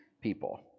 people